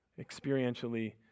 experientially